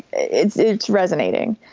it's it's resonating.